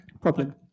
problem